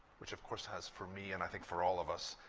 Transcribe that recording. which of course has for me, and i think for all of us,